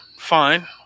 Fine